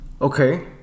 Okay